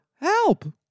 help